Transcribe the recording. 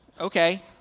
Okay